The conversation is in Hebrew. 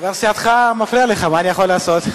חבר סיעתך מפריע לך, מה אני יכול לעשות?